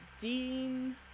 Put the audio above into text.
Dean